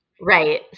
Right